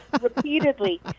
repeatedly